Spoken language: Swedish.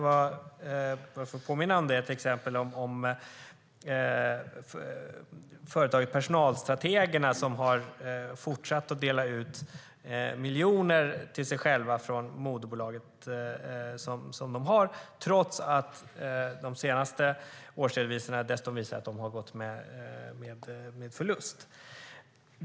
Jag får till exempel påminna om företaget Personalstrategerna, där ägarna har fortsatt att dela ut miljoner till sig själva från det moderbolag de har trots att de senaste årsredovisningarna visar att företaget har gått med förlust.